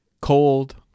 cold